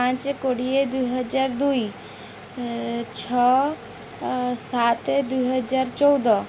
ପାଞ୍ଚ କୋଡ଼ିଏ ଦୁଇ ହଜାର ଦୁଇ ଛଅ ସାତ ଦୁଇହଜାର ଚଉଦ